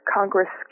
Congress